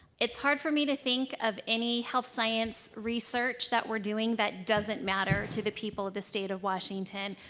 it is hard for me to think of any health science research that we are doing that doesn't matter to the people of the state of washington.